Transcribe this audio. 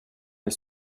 les